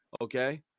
Okay